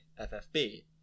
ffb